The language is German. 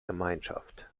gemeinschaft